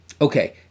Okay